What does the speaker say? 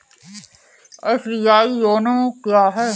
SBI YONO क्या है?